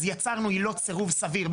אז יצרנו עילות סירוב סביר.